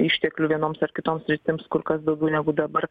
išteklių vienoms ar kitoms sritims kur kas daugiau negu dabar